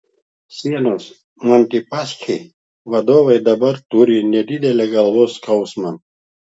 sienos montepaschi vadovai dabar turi nedidelį galvos skausmą